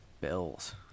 bills